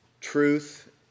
truth